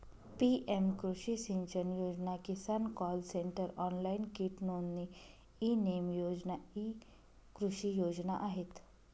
PM कृषी सिंचन योजना, किसान कॉल सेंटर, ऑनलाइन कीट नोंदणी, ई नेम योजना इ कृषी योजना आहेत